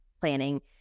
planning